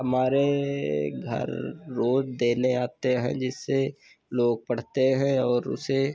हमारे घर रोज देने आते हैं जिससे लोग पढ़ते हैं और उसे